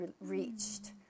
reached